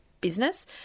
business